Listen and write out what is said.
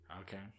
Okay